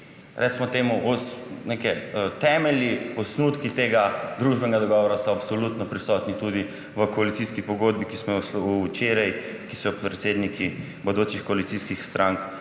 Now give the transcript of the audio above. recimo temu, temelji, osnutki tega družbenega dogovora so absolutno prisotni tudi v koalicijski pogodbi, ki so jo predsedniki bodočih koalicijskih strank